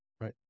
Right